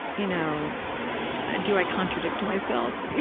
you know ah do i contradict myself?